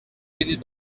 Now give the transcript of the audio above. بدین